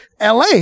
LA